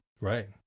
Right